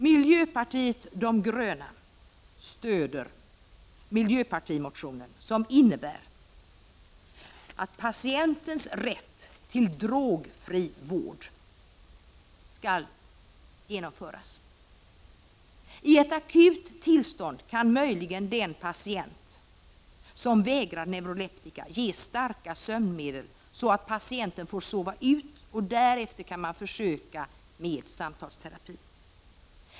Miljöpartiet de gröna stöder miljöpartimotionen som innebär att patienten skall ha rätt till drogfri vård. I ett akut läge kan möjligen den patient som vägrar neuroleptika ges starka sömnmedel så att patienten får sova ut. Därefter kan man försöka med samtalsterapi.